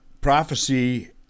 prophecy